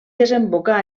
desemboca